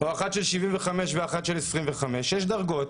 או אחת של 75 ואחת של 25. יש דרגות,